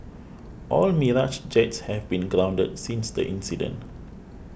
all Mirage jets have been grounded since the incident